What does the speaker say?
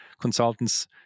consultants